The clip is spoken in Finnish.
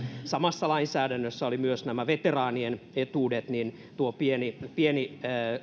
samassa lainsäädännössä olivat myös nämä veteraanien etuudet niin tuo pieni pieni